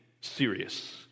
serious